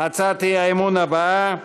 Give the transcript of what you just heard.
האי-אמון הבאה: